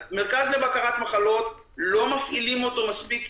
אז מרכז לבקרת מחלות, לא מפעילים אותו מספיק.